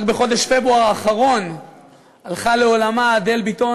רק בחודש פברואר האחרון הלכה לעולמה אדל ביטון,